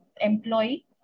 employee